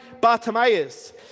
Bartimaeus